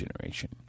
generation